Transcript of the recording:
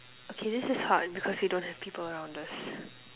okay this is hard because we don't have people around us